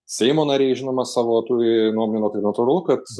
seimo nariai žinoma savo turi nuomonę tai natūralu kad